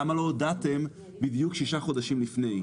למה לא הודעתם בדיוק שישה חודשים לפני.